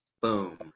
boom